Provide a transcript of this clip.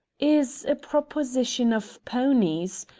is a proposition of ponies!